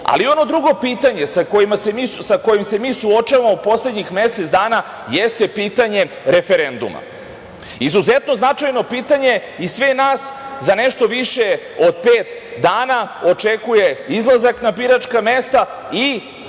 nivou. Ono drugo pitanje sa kojim se mi suočavamo poslednjih mesec dana jeste pitanje referenduma. Izuzetno značajno pitanje i sve nas za nešto više od pet dana očekuje izlazak na biračka mesta i